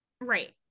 Right